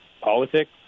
politics